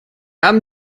haben